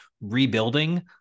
rebuilding